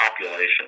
population